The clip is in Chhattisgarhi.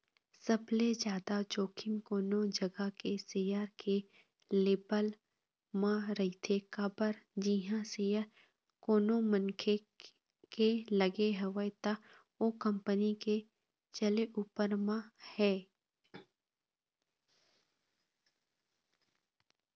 सबले जादा जोखिम कोनो जघा के सेयर के लेवब म रहिथे काबर जिहाँ सेयर कोनो मनखे के लगे हवय त ओ कंपनी के चले ऊपर म हे